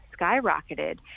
skyrocketed